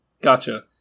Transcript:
gotcha